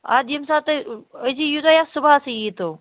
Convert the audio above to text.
اَدٕ ییٚمہِ ساتہٕ تۄہہِ أزِی ییتو یا صُبصٕے ییتو